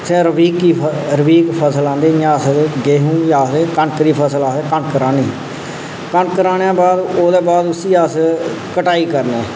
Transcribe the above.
इत्थै रबी रबीक फसल आखदे जि'यां अस गेहू गी आखदे कनक कनक दी फसल कनक राह्ने दे बाद उसी अस कटाई करना